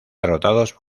derrotados